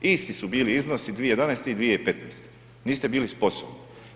Isti su bili iznosi 2011. i 2015., niste bili sposobni.